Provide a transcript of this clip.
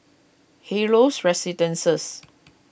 Helios Residences